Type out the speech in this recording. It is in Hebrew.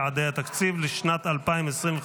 יעדי התקציב לשנת 2025)